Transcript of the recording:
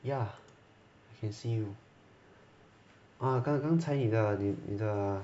ya can see you ah 刚才刚才你的你的